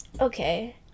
Okay